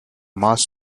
mass